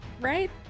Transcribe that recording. Right